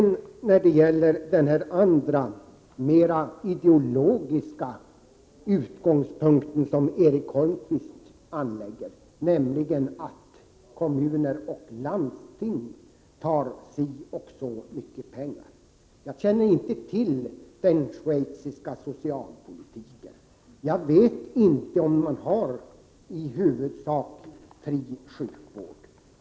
När det sedan gäller den mer ideologiska utgångspunkt som Erik Holmkvist använde, nämligen att kommuner och landsting tar si och så mycket pengar, vill jag säga att jag inte känner till den schweiziska socialpolitiken. Jag vet inte om man där har i huvudsak fri sjukvård.